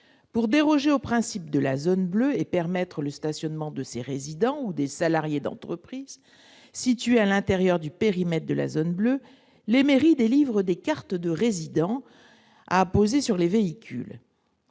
pour déroger au principe de la Zone bleue et permettra le stationnement de ses résidents ou des salariés d'entreprises situées à l'intérieur du périmètre de la Zone bleue : les mairies délivrent des cartes de résidents apposé sur les véhicules,